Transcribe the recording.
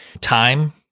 Time